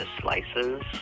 Slices